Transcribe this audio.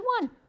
one